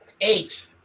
Eight